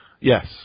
Yes